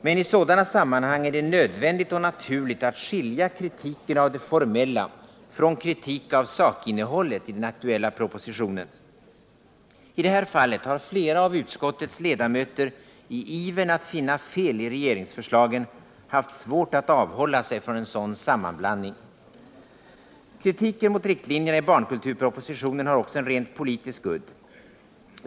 Men i sådana sammanhang är det nödvändigt och naturligt att skilja kritiken av det formella från kritik av sakinnehållet i den aktuella propositionen. I det här fallet har flera av utskottets ledamöter i ivern att finna fel i regeringsförslagen haft svårt att avhålla sig från en sådan sammanblandning. Kritiken mot riktlinjerna i barnkulturpropositionen har också en rent politisk udd.